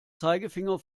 zeigefinger